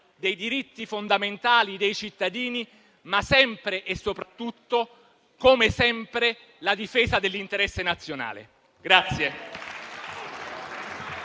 dei diritti fondamentali dei cittadini, ma soprattutto, come sempre, la difesa dell'interesse nazionale.